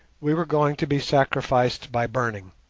we were going to be sacrificed by burning.